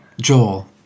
Joel